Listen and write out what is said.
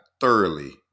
thoroughly